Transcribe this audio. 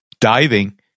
diving